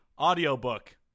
audiobook